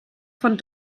von